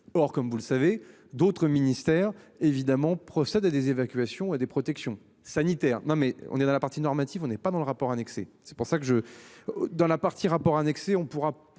Or comme vous le savez d'autres ministères évidemment procèdent à des évacuations et des protections sanitaires. Non mais on est dans la partie normative. On n'est pas dans le rapport annexé. C'est pour ça que je. Dans la partie rapport annexé, on pourra